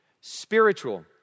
Spiritual